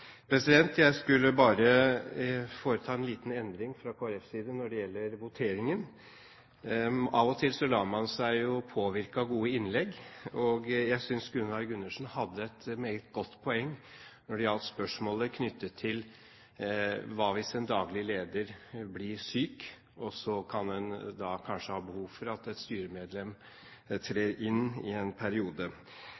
Jeg skulle bare foreta en liten stemmeforklaring fra Kristelig Folkepartis side når det gjelder voteringen. Av og til lar man seg påvirke av gode innlegg, og jeg synes Gunnar Gundersen hadde et meget godt poeng når det gjaldt spørsmålet knyttet til hvis en daglig leder blir syk. Da kan en kanskje ha behov for at et styremedlem